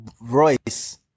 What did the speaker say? Royce